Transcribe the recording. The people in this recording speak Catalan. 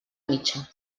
mitja